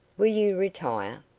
will you retire?